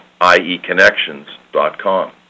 ieconnections.com